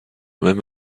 même